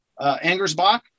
Angersbach